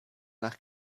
nach